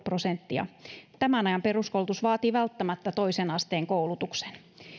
prosenttia tämän ajan peruskoulutus vaatii välttämättä toisen asteen koulutuksen